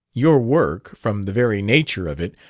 your work, from the very nature of it,